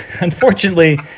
unfortunately